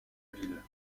ville